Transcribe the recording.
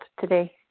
today